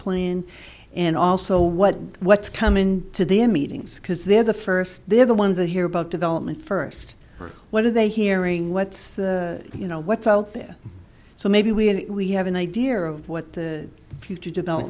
plan and also what what's come in to their meetings because they're the first they're the ones that hear about development first what are they hearing what's you know what's out there so maybe we have an idea of what the future develop